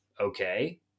Okay